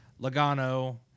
Logano